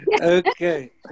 Okay